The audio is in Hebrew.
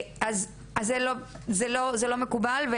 זה לא מקובל,